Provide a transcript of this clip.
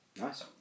nice